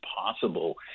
possible